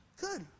good